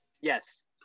yes